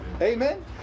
Amen